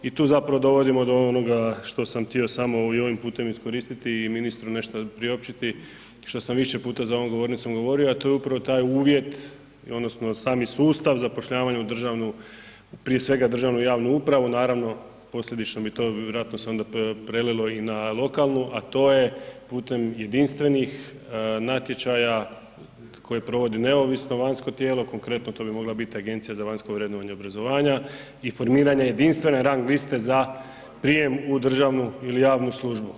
I tu zapravo dovodimo do onoga što sam htio smo i ovim putem iskoristi i ministru nešto priopćiti što sam više puta za ovom govornicom govorio a to je upravo taj uvjet i odnosno sami sustav zapošljavanja u državnu, prije svega državnu javnu upravu, naravno posljedično mi to vjerojatno onda se prelilo i na lokalnu a to je putem jedinstvenih natječaja koje provodi neovisno vanjsko tijelo, konkretno to bi mogla biti agencija za vanjsko vrednovanje obrazovanja i formiranje jedinstvene rang liste za prijem u državnu ili javnu službu.